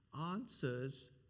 answers